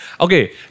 Okay